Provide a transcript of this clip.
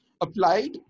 applied